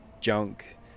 junk